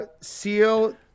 seal